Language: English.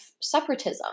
separatism